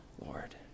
Lord